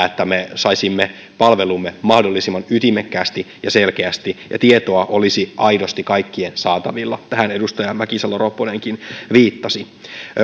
että me saisimme palvelumme mahdollisimman ytimekkäästi ja selkeästi ja tietoa olisi aidosti kaikkien saatavilla tähän edustaja mäkisalo ropponenkin viittasi